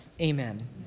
amen